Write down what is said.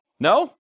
No